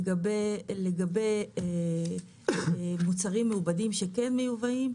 לגבי מוצרים מעובדים שכן מיובאים,